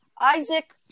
Isaac